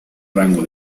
rango